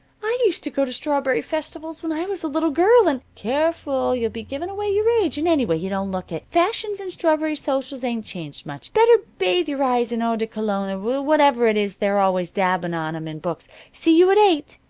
i used to go to strawberry festivals when i was a little girl in careful! you'll be giving away your age, and, anyway, you don't look it. fashions in strawberry socials ain't changed much. better bathe your eyes in eau de cologne or whatever it is they're always dabbing on em in books. see you at eight.